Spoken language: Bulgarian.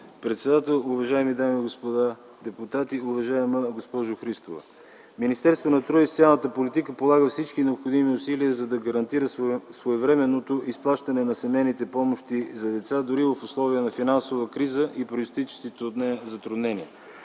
председател. Уважаеми дами и господа депутати, уважаема госпожо Христова! Министерството на труда и социалната политика полага всички необходими усилия, за да гарантира своевременното изплащане на семейните помощи за деца дори в условия на финансова криза и произтичащите от нея затруднения.